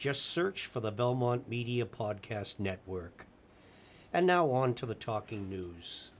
just search for the belmont media podcast network and now on to the talking news